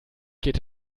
geht